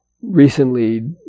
recently